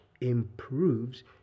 improves